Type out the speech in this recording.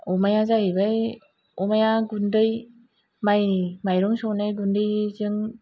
अमाया जाहैबाय अमाया गुन्दै माइ माइरं सौनाय गुन्दैजों